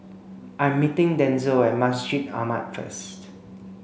I'm meeting Denzell at Masjid Ahmad first